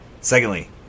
Secondly